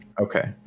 Okay